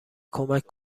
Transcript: کمک